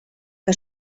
que